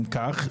"אם כך",